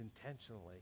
intentionally